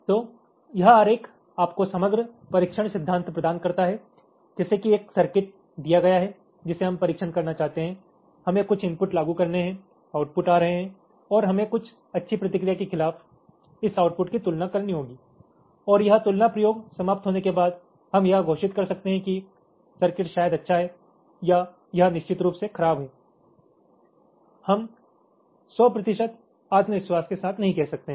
तो यह आरेख आपको समग्र परीक्षण सिद्धांत प्रदान करता है जैसे कि एक सर्किट दिया गया है जिसे हम परीक्षण करना चाहते हैं हमें कुछ इनपुट लागू करने हैं आउटपुट आ रहे हैं और हमें कुछ अच्छी प्रतिक्रिया के खिलाफ इस आउटपुट की तुलना करनी होगी और यह तुलना प्रयोग समाप्त होने के बाद हम यह घोषित कर सकते हैं कि सर्किट शायद अच्छा है या यह निश्चित रूप से खराब है हम 100 प्रतिशत आत्मविश्वास के साथ नहीं कह सकते है